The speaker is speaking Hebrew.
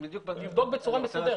לבדוק בצורה מסודרת.